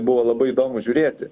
buvo labai įdomu žiūrėti